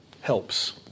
helps